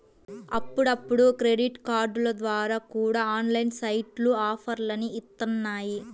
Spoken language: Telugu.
అప్పుడప్పుడు క్రెడిట్ కార్డుల ద్వారా కూడా ఆన్లైన్ సైట్లు ఆఫర్లని ఇత్తన్నాయి